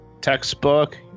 textbook